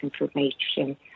information